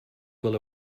will